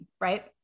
right